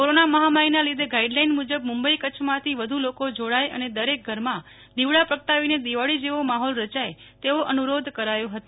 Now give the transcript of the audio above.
corona મહામારીના લીધે guideline Mumbai કચ્છમાંથી વધુ લોકો જોડાય અને દરેક ઘરમાં દીવડા પ્રગટાવીને દિવાળી જેવો માહોલ રચાય તેવો અનુરોધ કરાયો હતો